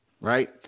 right